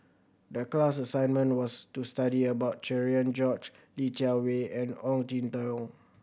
the class assignment was to study about Cherian George Li Jiawei and Ong Jin Teong